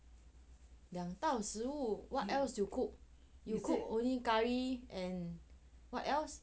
两道食物 what else you cook you cook only curry and what else